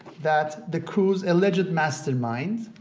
that the coup's alleged mastermind,